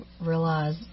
realize